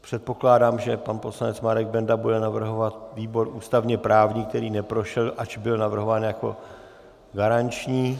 Předpokládám, že pan poslanec Marek Benda bude navrhovat výbor ústavněprávní, který neprošel, ač byl navrhován jako garanční.